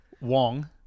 Wong